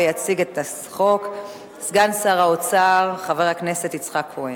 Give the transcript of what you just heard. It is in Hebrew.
יציג את החוק סגן שר האוצר חבר הכנסת יצחק כהן.